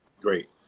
great